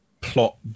plot